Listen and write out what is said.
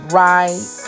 right